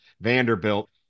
Vanderbilt